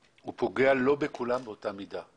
הוא פוגע לא בכולם באותה מידה.